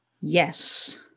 Yes